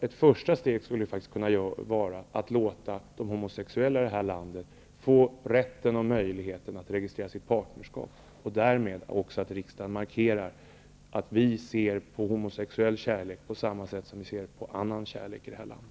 Ett första steg skulle kunna vara att låta de homosexuella i detta land få rätten och möjligheten att registrera sitt partnerskap. Därmed skulle riksdagen också markera att vi ser på homosexuell kärlek på samma sätt som vi ser på annan kärlek i det här landet.